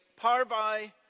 parvi